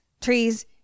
trees